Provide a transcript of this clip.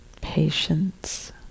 patience